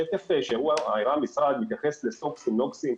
השקף שהראה המשרד מתייחס לסוקסים ונוקסים,